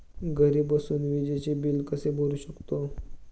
घरी बसून विजेचे बिल कसे भरू शकतो?